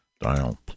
Dial